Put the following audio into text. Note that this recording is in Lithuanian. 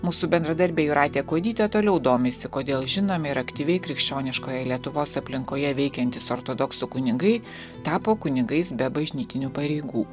mūsų bendradarbė jūratė kuodytė toliau domisi kodėl žinomi ir aktyviai krikščioniškoje lietuvos aplinkoje veikiantys ortodoksų kunigai tapo kunigais be bažnytinių pareigų